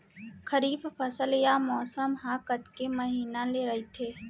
खरीफ फसल या मौसम हा कतेक महिना ले रहिथे?